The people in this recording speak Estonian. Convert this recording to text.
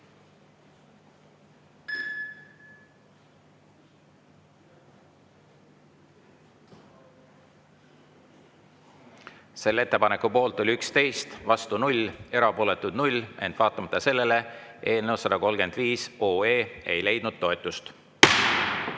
Selle ettepaneku poolt oli 11, vastu 0, erapooletuid 0, ent vaatamata sellele ei leidnud eelnõu